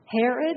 Herod